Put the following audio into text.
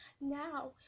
Now